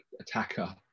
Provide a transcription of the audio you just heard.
Attacker